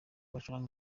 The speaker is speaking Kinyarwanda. bacuranga